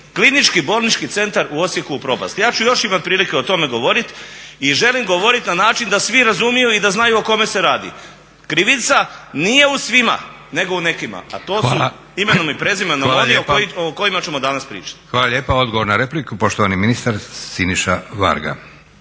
Klinički bolnički centar u Osijeku u propast. Ja ću još imat prilike o tome govoriti. I želim govoriti na način da svi razumiju i da znaju o kome se radi. Krivica nije u svima, nego u nekima, a to su imenom i prezimenom oni o kojima ćemo danas pričati. **Leko, Josip (SDP)** Hvala lijepa. Odgovor na repliku, poštovani ministar Siniša Varga.